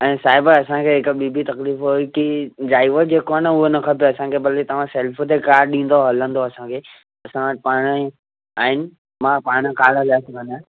ऐं साहिबु असांखे हिकु ॿी बि तकलीफ़ हुई की ड्राइवर जेको आहे न उहो न खपे असांखे भली तव्हां सेल्फ ते कार ॾींदव हलंदो असांखे असां वटि पाण ई आहिनि मां पाण कार हलाइ सघंदो आहियां